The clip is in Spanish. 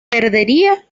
perdería